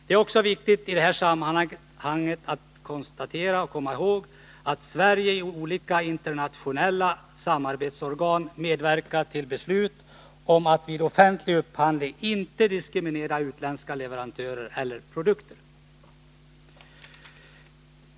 Det är också viktigt i det här sammanhanget att komma ihåg att Sverige i olika internationella samarbetsorgan medverkat till beslut om att vid offentlig upphandling inte diskriminera utländska leverantörer eller produkter.